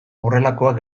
horrelakoak